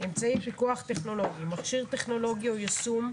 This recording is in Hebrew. "אמצעי פיקוח טכנולוגי" מכשיר טכנולוגי או יישום,